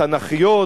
התנ"כיות,